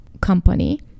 company